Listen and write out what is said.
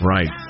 Right